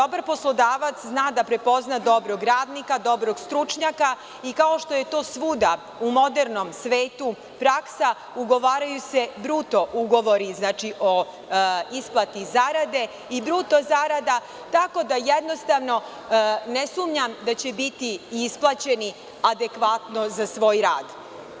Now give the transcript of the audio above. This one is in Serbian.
Dobar poslodavac zna da prepozna dobrog radnika, dobrog stručnjaka i kao što je to svuda u modernom svetu praksa, ugovaraju se bruto ugovori o isplati zarade i bruto zarada, tako da jednostavno ne sumnjam da će biti i isplaćeni adekvatno za svoj rad.